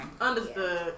understood